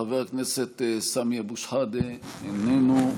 חבר הכנסת סמי אבו שחאדה, איננו.